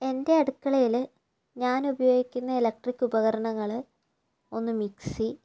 എൻ്റെ അടുക്കളയില് ഞാനുപയോഗിക്കുന്ന ഇലക്ട്രിക് ഉപകരണങ്ങള് ഒന്ന് മിക്സി